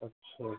अच्छा